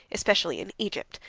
especially in egypt,